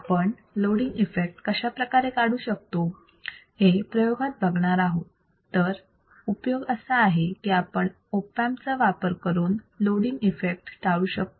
आपण loading effect कशाप्रकारे काढू शकतो हे प्रयोगात बघणार आहोत तर उपयोग असा आहे की आपण ऑप अँप चा वापर करून लोडींग इफेक्ट टाळू शकतो